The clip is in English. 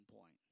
point